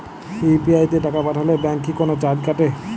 UPI তে টাকা পাঠালে ব্যাংক কি কোনো চার্জ কাটে?